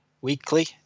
weekly